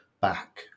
back